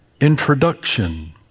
introduction